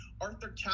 Arthur